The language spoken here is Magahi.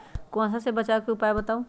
कुहासा से बचाव के उपाय बताऊ?